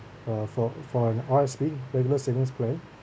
for for for an regular savings plan